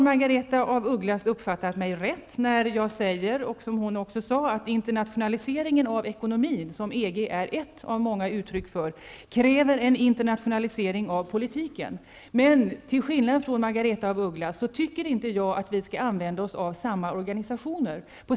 Margaretha af Ugglas har uppfattat mig rätt när jag säger att internationaliseringen av ekonomin, som EG är ett av många uttryck för, kräver en internationalisering av politiken, men till skillnad från Margaretha af Ugglas tycker jag inte att vi skall använda oss av samma organisationer.